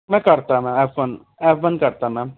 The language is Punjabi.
ਮੈਂ ਕਰਤਾ ਮੈਂ ਐਪ ਬੰਦ ਐਪ ਬੰਦ ਕਰਤਾ ਮੈਮ